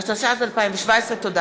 התשע"ז 2017. תודה.